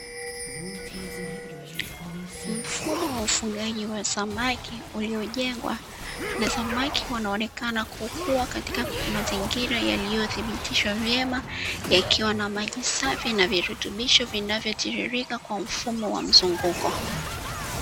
Mfumo wa ufugaji wa samaki, uliojengwa na samaki wanaonekana kukua katika mazingira yaliyothibitishwa vyema yakiwa na maji safi na virutubisho vinavyotiririka kwa mfumo wa mzunguko.